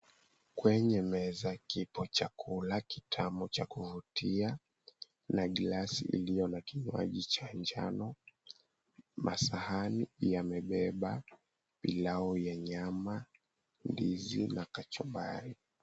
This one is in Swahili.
Kwenye meza kipo chakula kitamu cha kuvutia, na glasi iliyo na kimaji cha njano. Masahani yamebeba pilau ya nyama, ndizi na kachumbari.